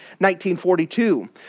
1942